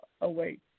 away